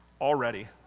already